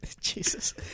Jesus